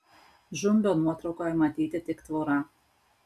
žumbio nuotraukoje matyti tik tvora